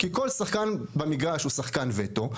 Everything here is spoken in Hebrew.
כי כל שחקן מגרש הוא שחקן וטו,